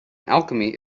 alchemy